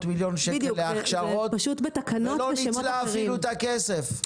מיליון שקל להכשרות ולא ניצלה אפילו את הכסף.